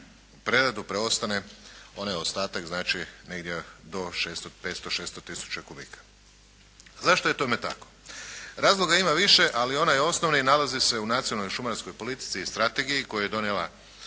preradu preostane onaj ostatak znači negdje do 500, 600 tisuća kubika. Zašto je tome tako? Razloga ima više ali onaj osnovni nalazi se u nacionalnoj šumarskoj politici i strategiji koju je donijela